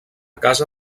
casa